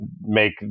make